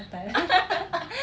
gatal